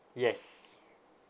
yes